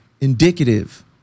indicative